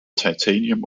titanium